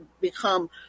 become